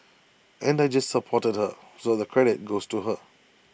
and I just supported her so the credit goes to her